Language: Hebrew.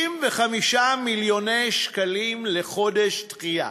35 מיליוני שקלים לחודש דחייה.